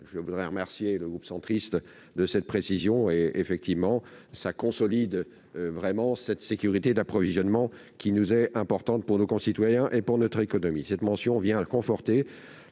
Je voudrais remercier le groupe Union Centriste de cette précision qui tend à consolider notre sécurité d'approvisionnement- c'est important pour nos concitoyens et pour notre économie. Cette mention vient conforter